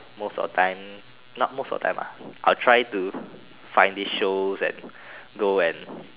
most of time not most of time ah I'll try to find these shows that go and